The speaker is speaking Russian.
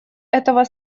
этого